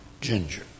Ginger